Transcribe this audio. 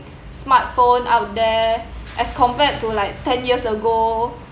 smart phone out there as compared to like ten years ago